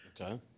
Okay